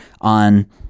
on